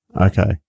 Okay